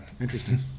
interesting